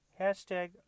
Hashtag